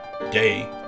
day